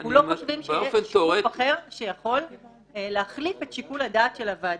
ואנחנו לא חושבים שיש משהו אחר שיכול להחליף את שיקול הדעת של הוועדה.